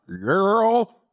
girl